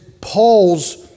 Paul's